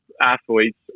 athletes